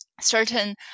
certain